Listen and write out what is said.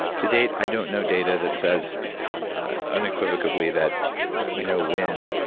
to date i don't know data that says unequivocally that you know when